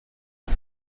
his